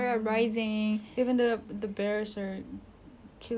killing themselves cause they know they couldn't survive in